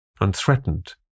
unthreatened